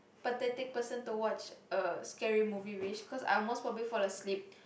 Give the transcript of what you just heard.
pathetic person to watch a scary movie with cause I'll most probably fall asleep